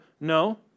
No